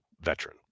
veteran